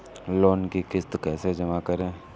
Loan की किश्त कैसे जमा करें?